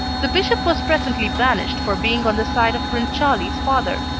the bishop was presently banished for being on the side of prince charlie's father,